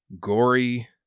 gory